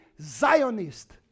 Zionist